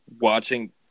watching